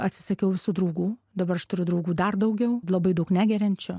atsisakiau visų draugų dabar aš turiu draugų dar daugiau labai daug negeriančių